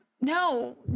no